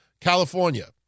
California